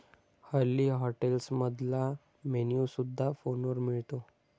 हल्ली हॉटेल्समधला मेन्यू सुद्धा फोनवर मिळतो